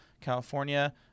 california